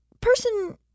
person